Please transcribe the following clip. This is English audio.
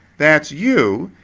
that's you,